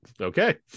Okay